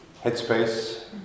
Headspace